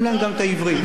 אנחנו שומרים פה על סדר.